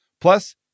Plus